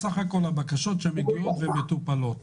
בסך הכול הבקשות שמגיעות מטופלות.